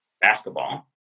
basketball